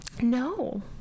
No